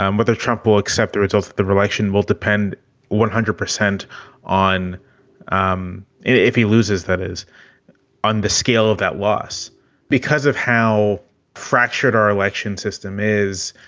um whether trump will accept the results of the election will depend one hundred percent on um if he loses, that is on the scale of that loss because of how fractured our election system is.